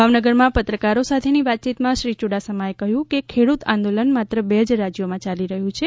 ભાવનગરમાં પત્રકારો સાથેની વાતચીતમાં શ્રી યુડાસમાએ કહ્યું કે ખેડૂત આંદોલન માત્ર બે જ રાજ્યોમાં ચાલી રહ્યું છે